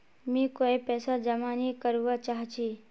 मी कोय पैसा जमा नि करवा चाहची